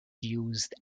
used